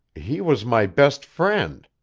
he was my best friend,